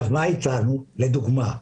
אנחנו לדוגמה,